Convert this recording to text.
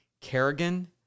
Kerrigan